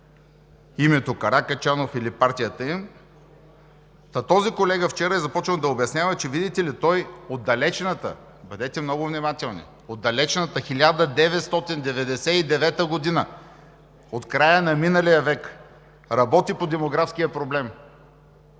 името Каракачанов или партията им, вчера е започнал да обяснява, че, видите ли, той от далечната – бъдете много внимателни – от далечната 1999 г., от края на миналия век, работи по демографския проблем.